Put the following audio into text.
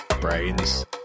brains